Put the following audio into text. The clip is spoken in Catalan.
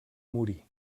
morí